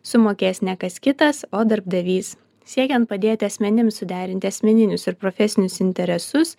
sumokės ne kas kitas o darbdavys siekiant padėti asmenims suderinti asmeninius ir profesinius interesus